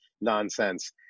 nonsense